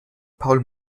paul